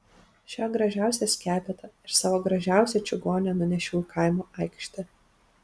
šią gražiausią skepetą ir savo gražiausią čigonę nunešiau į kaimo aikštę